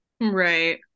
right